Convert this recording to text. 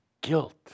guilt